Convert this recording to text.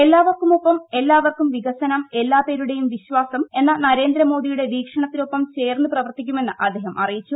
എല്ലാവർക്കുമൊപ്പം എല്ലാവർക്കും വികസനം എല്ലാപേരുടെയും വിശ്വാസം എന്ന നരേന്ദ്രമോദിയുടെ വീക്ഷണത്തിനൊപ്പം ചേർന്ന് പ്രവർത്തിക്കുമെന്ന് അദ്ദേഹം അറിയിച്ചു